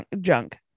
junk